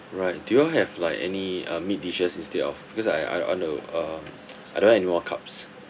right do you all have like any uh meat dishes instead of because I I I want to uh I don't want any more carbs